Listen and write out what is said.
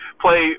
play